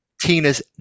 Tina's